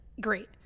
Great